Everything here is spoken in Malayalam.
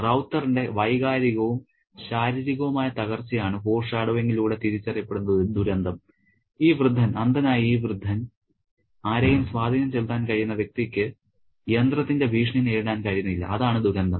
റൌത്തറിന്റെ വൈകാരികവും ശാരീരികവുമായ തകർച്ചയാണ് ഫോർഷാഡോയിങ്ങിലൂടെ തിരിച്ചറിയപ്പെടുന്ന ദുരന്തം ഈ വൃദ്ധൻ അന്ധനായ ഈ വൃദ്ധൻ ആരെയും സ്വാധീനം ചെലുത്താൻ കഴിയുന്ന വ്യക്തിക്ക് യന്ത്രത്തിന്റെ ഭീഷണി നേരിടാൻ കഴിയുന്നില്ല അതാണ് ദുരന്തം